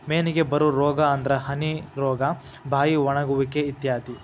ಮೇನಿಗೆ ಬರು ರೋಗಾ ಅಂದ್ರ ಹನಿ ರೋಗಾ, ಬಾಯಿ ಒಣಗುವಿಕೆ ಇತ್ಯಾದಿ